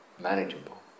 manageable